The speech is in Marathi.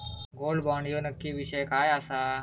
गोल्ड बॉण्ड ह्यो नक्की विषय काय आसा?